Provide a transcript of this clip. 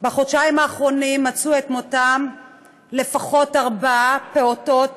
בחודשיים האחרונים מצאו את מותם לפחות ארבעה פעוטות